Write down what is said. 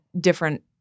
different